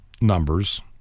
Numbers